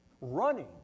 Running